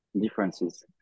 differences